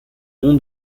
nom